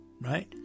right